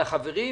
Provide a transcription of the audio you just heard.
לחברים,